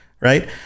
right